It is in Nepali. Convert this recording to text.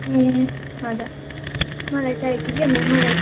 ए हजुर मलाई चाहिएको थियो कि अन्त मलाई